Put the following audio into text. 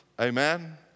Amen